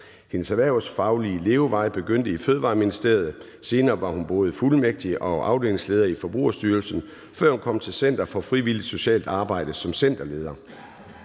Hendes erhvervsfaglige levevej begyndte i Fødevareministeriet, senere var hun både fuldmægtig og afdelingsleder i Forbrugerstyrelsen, før hun kom til Center for Frivilligt Socialt Arbejde som centerleder.